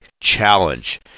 challenge